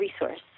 resource